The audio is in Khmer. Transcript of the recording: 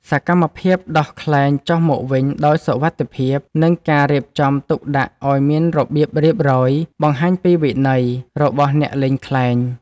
សកម្មភាពដោះខ្លែងចុះមកវិញដោយសុវត្ថិភាព និងការរៀបចំទុកដាក់ឱ្យមានរបៀបរៀបរយ បង្ហាញពីវិន័យរបស់អ្នកលេងខ្លែង។